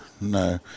No